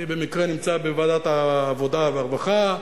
אני במקרה נמצא בוועדת העבודה והרווחה,